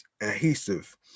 adhesive